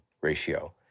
ratio